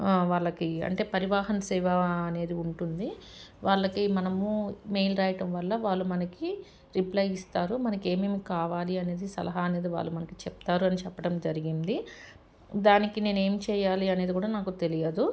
వాళ్ళకి అంటే పరివాహన సేవా అనేది ఉంటుంది వాళ్ళకి మనము మెయిల్ రాయటం వల్ల వాళ్ళు మనకి రిప్లై ఇస్తారు మనకి ఏమేమి కావాలి అనేది సలహా అనేది వాళ్ళు మనకి చెప్తారు అని చెప్పడం జరిగింది దానికి నేనే ఏం చేయాలి అనేది కూడా నాకు తెలియదు